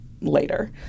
Later